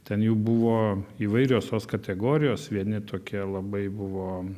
ten jų buvo įvairios tos kategorijos vieni tokie labai buvo